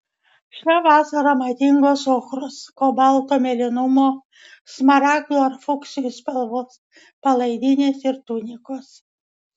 šią vasarą madingos ochros kobalto mėlynumo smaragdų ar fuksijų spalvos palaidinės ir tunikos